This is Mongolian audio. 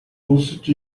өлсөж